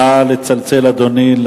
נא לצלצל, אדוני,